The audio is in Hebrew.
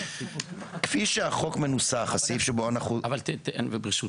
כפי שהחוק מנוסח --- (היו"ר משה